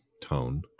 tone